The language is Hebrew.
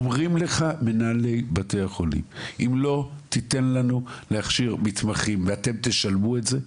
אומרים לך מנהלי בתי החולים שאם לא ניתן להם להכשיר ואנחנו נשלם את זה,